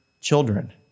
children